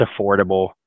affordable